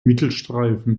mittelstreifen